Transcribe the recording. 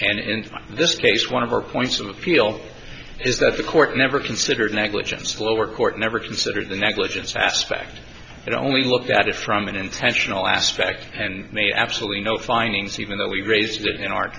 and in this case one of our points of appeal is that the court never considered negligence lower court never considered the negligence aspect and only looked at it from an intentional aspect and made absolutely no findings even though we raised i